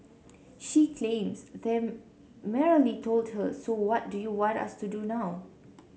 she claims they merely told her so what do you want us to do now